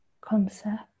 concept